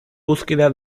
búsqueda